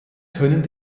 können